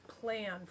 plan